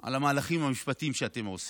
על המהלכים המשפטיים שאתם עושים.